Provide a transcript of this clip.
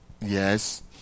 Yes